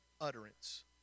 utterance